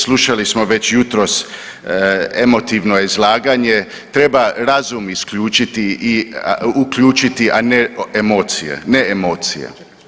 Slušali smo već jutros emotivno izlaganje, treba razum isključiti i, uključiti, a ne emocije, ne emocije.